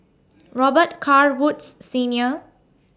Robet Carr Woods Senior